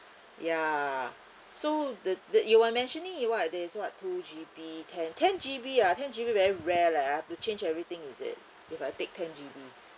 ya so the the you were mentioning you what there's what two G_B ten ten G_B ah ten G_B very rare leh I have to change everything is it if I take ten G_B